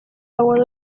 agua